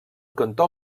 cantó